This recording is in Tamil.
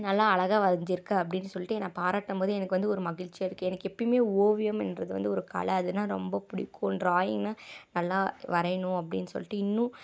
நல்லா அழகாக வரைஞ்சிருக்க அப்படின்னு சொல்லிட்டு என்ன பாராட்டும் போது எனக்கு வந்து ஒரு மகிழ்ச்சியாக இருக்குது எனக்கு எப்போயுமே ஓவியம்ன்றது வந்து ஒரு கலை அதுன்னா ரொம்ப பிடிக்கும் ட்ராயிங்னா நல்லா வரையணும் அப்படின்னு சொல்லிட்டு இன்னும்